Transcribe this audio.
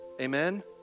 amen